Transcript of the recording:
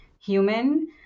human